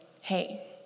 hey